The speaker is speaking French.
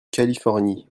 californie